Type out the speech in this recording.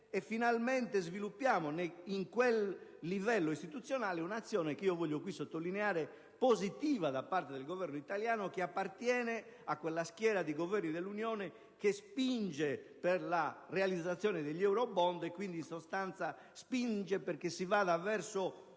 finalmente sviluppiamo in quel livello istituzionale un'azione, che voglio qui sottolineare, positiva da parte del Governo italiano, che appartiene a quella schiera di Governi dell'Unione che spinge per la realizzazione degli *eurobond,* e quindi perché si vada verso